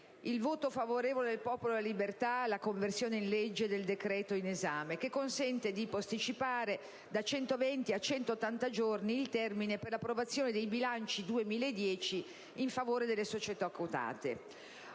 il voto favorevole del Popolo della Libertà alla conversione in legge del decreto-legge in esame, che consente di posticipare da 120 a 180 giorni il termine per l'approvazione dei bilanci 2010 in favore delle società quotate.